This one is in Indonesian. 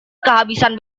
kehabisan